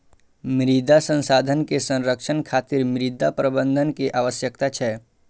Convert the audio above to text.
मृदा संसाधन के संरक्षण खातिर मृदा प्रबंधन के आवश्यकता छै